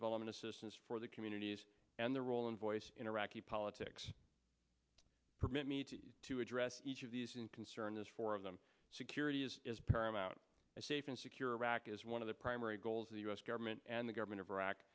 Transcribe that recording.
development assistance for their communities and their role and voice in iraqi politics permit me to to address each of these and concern this four of them security is paramount a safe and secure iraq is one of the primary goals of the u s government and the government of iraq